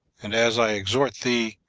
and as i exhort thee,